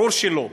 ברור שלא.